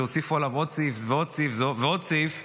שהוסיפו עליו עוד סעיף ועוד סעיף ועוד סעיף,